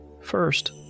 First